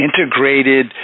integrated